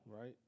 right